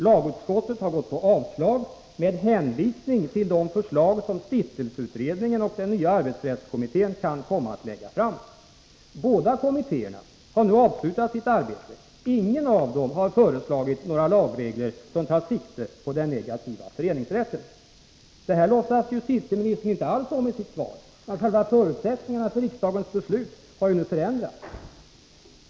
Lagutskottet har avstyrkt med hänvisning till de förslag som stiftelseutredningen och den nya arbetsrättskommittén kan komma att lägga fram. Båda kommittéerna har nu avslutat sitt arbete. Ingen av dem har föreslagit några lagregler som tar sikte på den negativa föreningsrätten. Detta låtsas justitieministern inte alls om i sitt svar — att själva förutsättningarna för riksdagens beslut nu har förändrats.